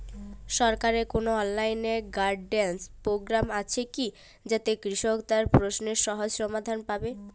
সরকারের কোনো online guidance programme আছে কি যাতে কৃষক তার প্রশ্নের সহজ সমাধান পাবে?